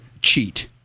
cheat